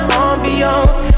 ambience